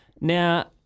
Now